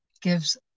gives